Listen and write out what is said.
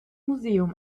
museum